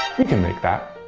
we can make that!